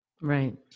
Right